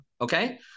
Okay